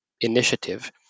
initiative